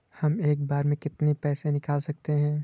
हम एक बार में कितनी पैसे निकाल सकते हैं?